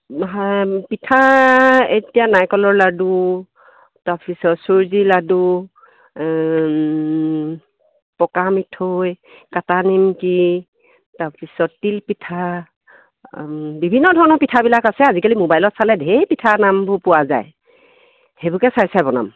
পিঠা এতিয়া নাৰিকলৰ লাডু তাৰপিছত চুজি লাডু পকা মিঠৈ কাটা নিমকি তাৰপিছত তিলপিঠা বিভিন্ন ধৰণৰ পিঠাবিলাক আছে আজিকালি মোবাইলত চালে ঢেৰ পিঠা নামবোৰ পোৱা যায় সেইবোৰকে চাই চাই বনাম